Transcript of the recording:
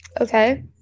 Okay